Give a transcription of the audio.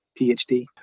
phd